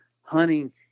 Hunting